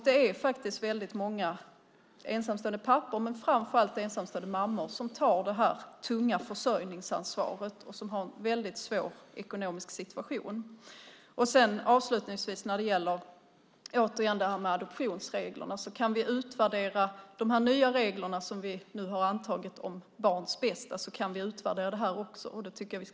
Det är väldigt många ensamstående pappor men framför allt ensamstående mammor som tar detta tunga försörjningsansvar och som har en väldigt svår ekonomisk situation. När det gäller adoptionsreglerna tycker jag avslutningsvis att när vi nu ska utvärdera de nya reglerna som vi har antagit om barns bästa kan vi utvärdera det här också.